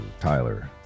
Tyler